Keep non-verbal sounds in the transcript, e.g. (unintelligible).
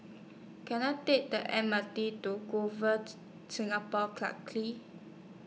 Can I Take The M R T to (unintelligible) Singapore Clarke (unintelligible)